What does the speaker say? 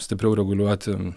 stipriau reguliuoti